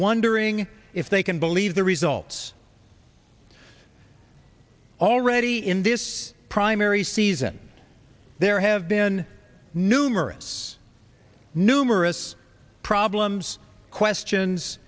wondering if they can believe the results already in this primary season there have been numerous numerous problems questions